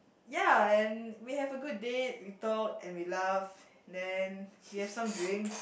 ya and we have a good date we talk and we laugh then we have some drinks